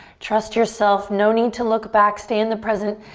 trust yourself, no need to look back, stay in the present.